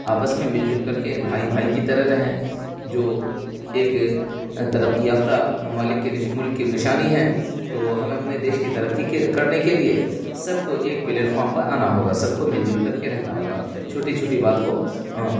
آپس میں مل جل کر کے بھائی بھائی کی طرح رہیں جو ایک ترقی یافتہ ممالک کی ملک کی نشانی ہیں تو ہم اپنے دیش کی ترقی کے کرنے کے لیے سب کو ایک پلیٹفام پہ آنا ہوگا سب کو مل جل کر کے رہنا ہوگا چھوٹی چھوٹی بات کو